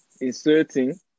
inserting